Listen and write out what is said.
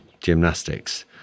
gymnastics